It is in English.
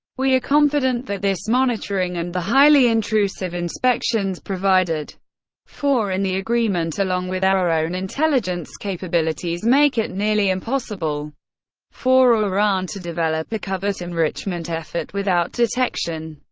we are confident that this monitoring and the highly intrusive inspections provided for in the agreement along with our own intelligence capabilities make it nearly impossible for iran to develop a covert enrichment effort without detection.